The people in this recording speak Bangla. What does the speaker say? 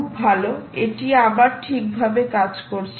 খুব ভালো এটি আবার ঠিকভাবে কাজ করছে